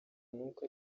nuko